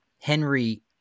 Henry